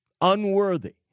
unworthy